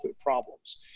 problems